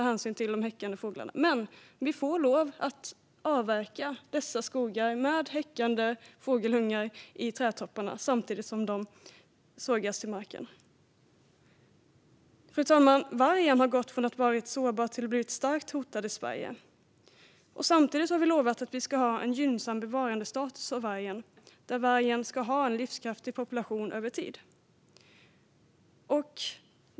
Vi får dock lov att avverka dessa skogar med häckande fåglar och fågelungar i topparna på träden som sågas till marken. Fru talman! Vargen har gått från att ha varit sårbar till att vara starkt hotad i Sverige. Samtidigt har vi lovat att vi ska ha en gynnsam bevarandestatus av vargen, där vargen ska ha en livskraftig population över tid.